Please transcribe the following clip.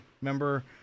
remember